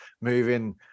moving